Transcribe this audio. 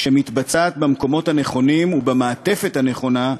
כשמתבצעים במקומות הנכונים ובמעטפת הנכונה,